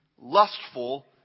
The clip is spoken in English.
lustful